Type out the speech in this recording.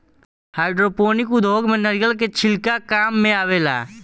hydroponic उद्योग में नारिलय के छिलका काम मेआवेला